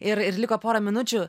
ir ir liko pora minučių